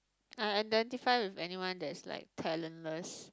ah and then define with anyone that is like talentless